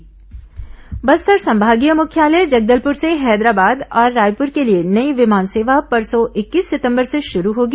विमान सेवा बस्तर संभागीय मुख्यालय जगदलपुर से हैदराबाद और रायपुर के लिए नई विमान सेवा परसों इक्कीस सितंबर से शरू होगी